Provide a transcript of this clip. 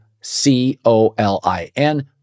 C-O-L-I-N